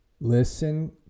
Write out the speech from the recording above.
listen